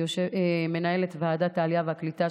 מנהלת ועדת העלייה והקליטה,